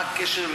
מה הקשר,